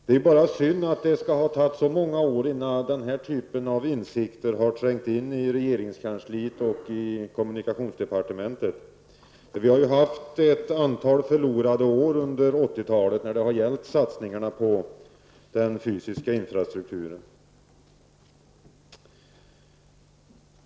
Det är bara synd att det skulle ta så många år innan den här typen av insikter trängde in i regeringskansliet och kommunikationsdepartementet. Det har varit ett antal förlorade år under 80-talet när det har gällt satsningarna på den fysiska infrastrukturen.